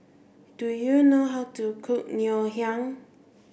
do you know how to cook Ngoh Hiang